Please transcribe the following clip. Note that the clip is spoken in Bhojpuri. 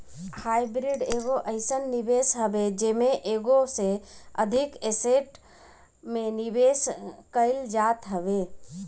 हाईब्रिड एगो अइसन निवेश हवे जेमे एगो से अधिक एसेट में निवेश कईल जात हवे